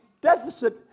deficit